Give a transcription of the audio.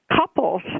Couples